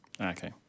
Okay